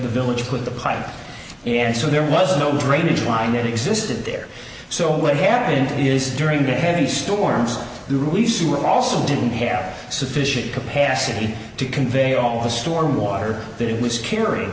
the village put the pipe and so there was no drainage line existed there so what happened is during the heavy storms the releases were also didn't have sufficient capacity to convey all the storm water that it was carrying